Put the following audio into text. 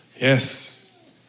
Yes